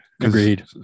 Agreed